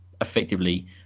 effectively